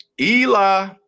Eli